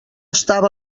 estava